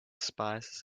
spices